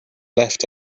left